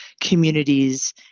communities